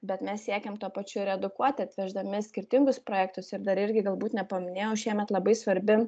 bet mes siekiam tuo pačiu ir edukuoti atveždami skirtingus projektus ir dar irgi galbūt nepaminėjau šiemet labai svarbi